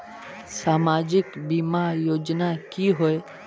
सामाजिक बीमा योजना की होय?